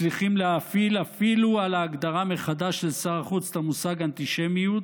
מצליחים להאפיל אפילו על ההגדרה מחדש של שר החוץ את המושג "אנטישמיות"